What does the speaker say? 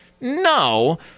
No